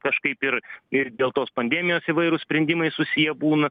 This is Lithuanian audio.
kažkaip ir ir dėl tos pandemijos įvairūs sprendimai susiję būna